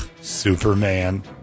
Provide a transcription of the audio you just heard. Superman